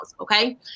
Okay